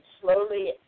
slowly